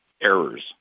errors